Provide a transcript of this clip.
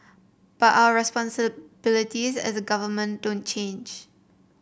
but our responsibilities as a government don't change